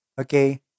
okay